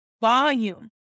volume